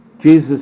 Jesus